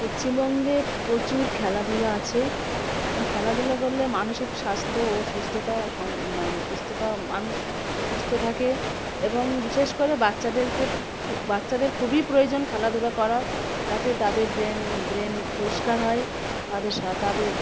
পশ্চিমবঙ্গে প্রচুর খেলাধুলা আছে এবং খেলাধুলা করলে মানসিক স্বাস্থ্য ও সুস্থতা সুস্থতা মানুষ সুস্থ থাকে এবং বিশেষ করে বাচ্চাদেরকে বাচ্চাদের খুবই প্রয়োজন খেলাধুলা করার যাতে তাদের ব্রেন ব্রেন পরিষ্কার হয় তাদের সা তাদের